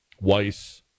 Weiss